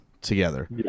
together